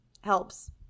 helps